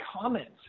comments